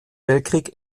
weltkrieg